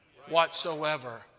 whatsoever